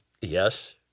Yes